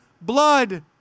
blood